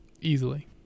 Easily